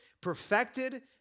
perfected